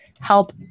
help